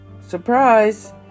Surprise